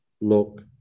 look